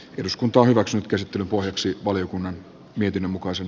eduskunta hyväksyy käsittelyn pohjaksi valiokunnan mietinnön mukaisen